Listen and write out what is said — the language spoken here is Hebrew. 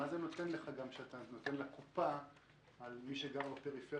מה זה נותן לך שאתה נותן לקופה יותר על מי שגר בפריפריה?